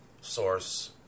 source